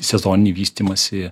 sezoninį vystymąsi